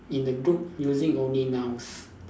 in the group using only nouns